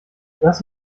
was